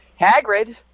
Hagrid